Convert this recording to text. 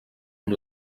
amb